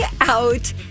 out